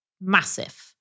massive